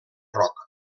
rock